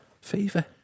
Fever